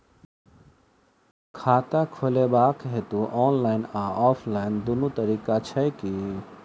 खाता खोलेबाक हेतु ऑनलाइन आ ऑफलाइन दुनू तरीका छै की?